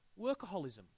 workaholism